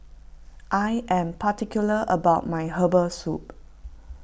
I am particular about my Herbal Soup